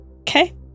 Okay